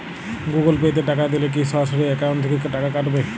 Google Pay তে টাকা দিলে কি সরাসরি অ্যাকাউন্ট থেকে টাকা কাটাবে?